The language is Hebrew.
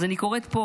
אני קוראת פה,